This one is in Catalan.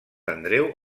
andreu